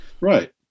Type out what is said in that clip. Right